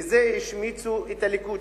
בזה השמיצו את הליכוד,